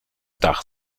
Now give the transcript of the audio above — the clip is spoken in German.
dach